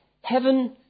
heaven